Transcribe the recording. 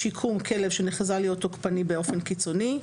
ושיקום לכלב שנחזה להיות תוקפני באופן קיצוני,